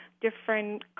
different